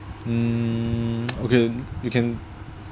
mm okay you can